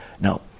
Now